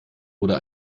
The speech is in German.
oder